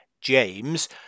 James